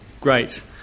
great